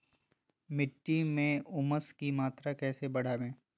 मिट्टी में ऊमस की मात्रा कैसे बदाबे?